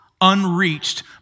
unreached